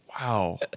Wow